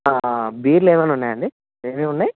బీర్లు ఉన్నాయండి ఏమేమీ ఉన్నాయి